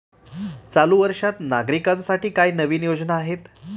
चालू वर्षात नागरिकांसाठी काय नवीन योजना आहेत?